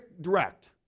direct